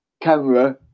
camera